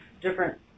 different